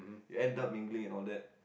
you end up mingling and all that